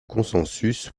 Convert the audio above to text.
consensus